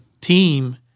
team